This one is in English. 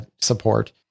support